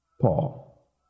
Paul